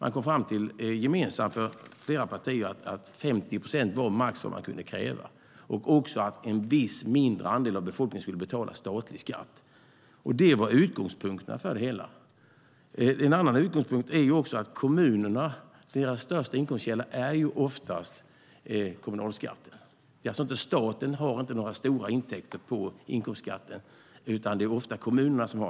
Flera partier kom gemensamt fram till att 50 procent var vad man max kunde kräva och att en viss mindre andel av befolkningen skulle betala statlig skatt. Det var utgångspunkten för det hela. En annan utgångspunkt är att kommunalskatten är den största inkomstkällan för kommunerna. Staten har inte några stora intäkter genom inkomstskatten, utan det är kommunerna.